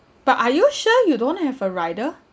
but are you sure you don't have a rider